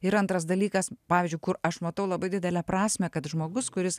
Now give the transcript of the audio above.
ir antras dalykas pavyzdžiui kur aš matau labai didelę prasmę kad žmogus kuris